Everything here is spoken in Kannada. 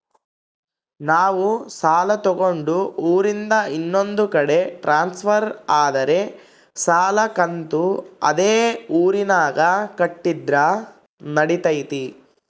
ನಾವು ಸಾಲ ತಗೊಂಡು ಊರಿಂದ ಇನ್ನೊಂದು ಕಡೆ ಟ್ರಾನ್ಸ್ಫರ್ ಆದರೆ ಸಾಲ ಕಂತು ಅದೇ ಊರಿನಾಗ ಕಟ್ಟಿದ್ರ ನಡಿತೈತಿ?